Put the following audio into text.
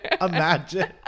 Imagine